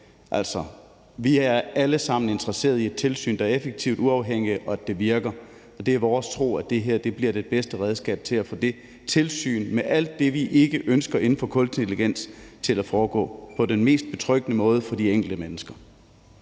skæg. Vi er alle sammen interesserede i et tilsyn, der er effektivt og uafhængigt, og at det virker. Og det er vores tro, at det her er det bedste redskab til at få tilsynet med alt det, vi ikke ønsker inden for kunstig intelligens, til at foregå på den mest betryggende måde for det enkelte menneske.